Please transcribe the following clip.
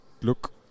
look